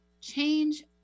change